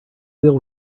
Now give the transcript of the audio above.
wheel